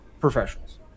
professionals